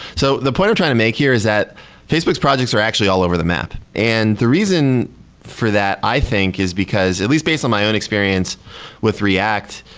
so the point i'm trying to make here is that facebook's projects are actually all over the map, and the reason for that i think is because, at least based on my own experience with react,